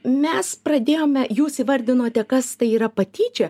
mes pradėjome jūs įvardinote kas tai yra patyčia